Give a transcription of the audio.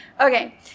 okay